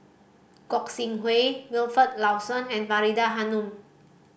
Gog Sing Hooi Wilfed Lawson and Faridah Hanum